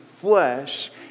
flesh